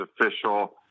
official